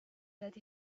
that